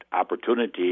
opportunity